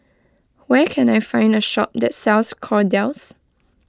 where can I find a shop that sells Kordel's